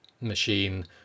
machine